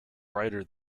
brighter